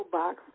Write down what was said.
box